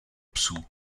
psů